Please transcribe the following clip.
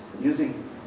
using